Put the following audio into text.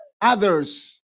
Others